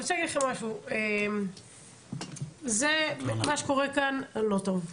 אני רוצה להגיד לכם, מה שקורה כאן לא טוב.